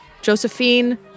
Josephine